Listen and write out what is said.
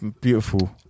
beautiful